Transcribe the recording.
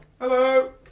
Hello